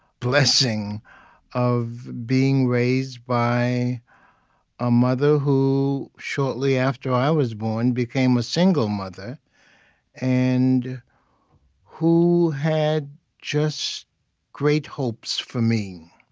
blessing of being raised by a mother who, shortly after i was born, became a single mother and who had just great hopes for me.